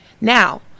now